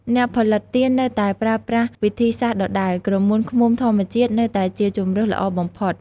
អ្នកផលិតទៀននៅតែប្រើប្រាស់វិធីសាស្រ្តដដែល ក្រមួនឃ្មុំធម្មជាតិនៅតែជាជម្រើសល្អបំផុត។